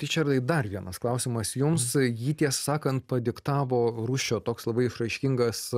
ričardai dar vienas klausimas jums jį ties sakant padiktavo rūsčio toks labai išraiškingas